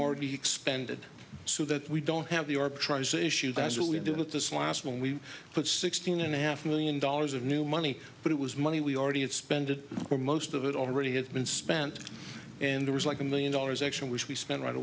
already expended so that we don't have the arbitrage issue that's really do with this last one we put sixteen and a half million dollars of new money but it was money we already expended or most of it already had been spent and there was like a million dollars action which we spent right